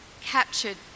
captured